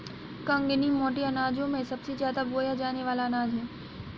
कंगनी मोटे अनाजों में सबसे ज्यादा बोया जाने वाला अनाज है